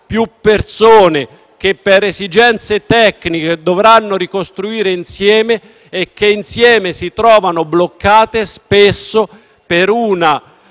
più persone che per esigenze tecniche dovranno ricostruire insieme e che insieme si trovano bloccate, spesso per una